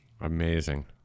Amazing